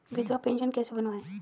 विधवा पेंशन कैसे बनवायें?